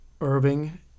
Irving